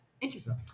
interesting